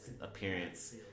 appearance